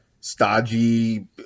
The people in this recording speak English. stodgy